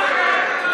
לוועדה נתקבלה.